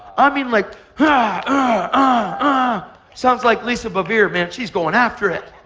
i mean like ah sounds like lisa bevere, man. she's going after it.